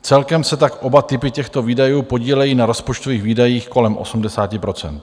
Celkem se tak oba typy těchto výdajů podílejí na rozpočtových výdajích kolem 80 %.